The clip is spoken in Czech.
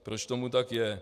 Proč tomu tak je?